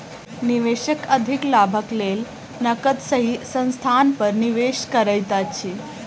निवेशक अधिक लाभक लेल नकद सही स्थान पर निवेश करैत अछि